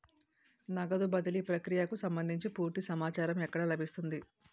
నగదు బదిలీ ప్రక్రియకు సంభందించి పూర్తి సమాచారం ఎక్కడ లభిస్తుంది?